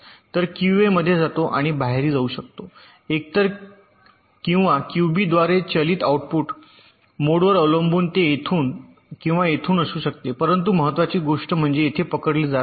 तर QA मध्ये जातो आणि बाहेरही जाऊ शकतो एकतर किंवा QB द्वारे चालित आउटपुट मोडवर अवलंबून ते इथून किंवा येथून असू शकते परंतु महत्त्वाची गोष्ट म्हणजे येथे पकडले जात आहे